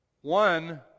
one